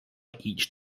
each